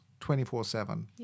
24-7